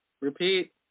Repeat